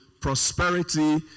prosperity